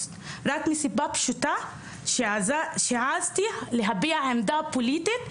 רק מהסיבה הפשוטה שהעזתי להביע עמדה פוליטית,